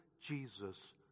Jesus